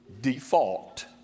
default